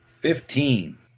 Fifteen